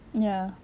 ya